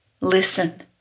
listen